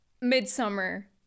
Midsummer